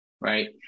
right